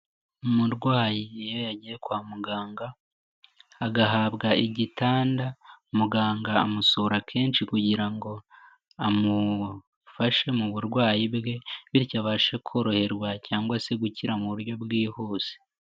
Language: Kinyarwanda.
Umurwayi iyo yagiye kwa muganga agahabwa igitanda, muganga amusura kenshi kugira ngo amufashe mu burwayi bwe bityo abashe koroherwa cyangwa se gukira mu buryo bwihuse.